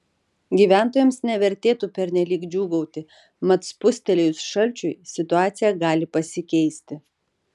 gyventojams nevertėtų pernelyg džiūgauti mat spustelėjus šalčiui situacija gali pasikeisti